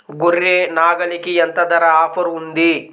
గొర్రె, నాగలికి ఎంత ధర ఆఫర్ ఉంది?